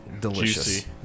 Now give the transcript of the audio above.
delicious